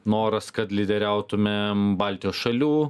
noras kad lyderiautumėm baltijos šalių